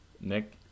Nick